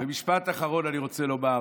ומשפט אחרון אני רוצה לומר: